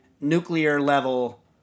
nuclear-level